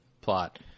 plot